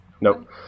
Nope